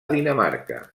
dinamarca